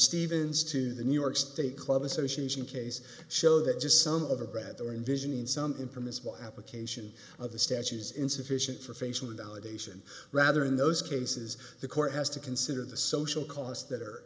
stevens to the new york state club association case show that just some of her breath or envisioning some in permissible application of the statues insufficient for facial validation rather in those cases the court has to consider the social costs that